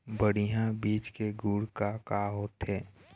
बढ़िया बीज के गुण का का होथे?